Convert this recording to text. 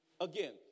Again